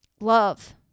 love